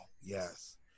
yes